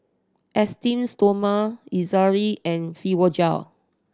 Esteem Stoma Ezerra and Fibogel